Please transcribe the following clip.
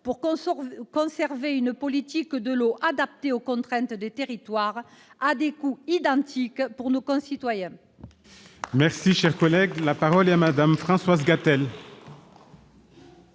pour conserver une politique de l'eau adaptée aux contraintes des territoires, et ce à des coûts constants pour nos concitoyens.